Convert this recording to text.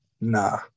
Nah